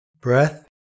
breath